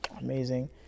amazing